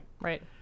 Right